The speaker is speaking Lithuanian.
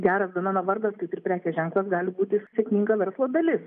geras domeno vardas kaip ir prekės ženklas gali būti sėkminga verslo dalis